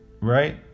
right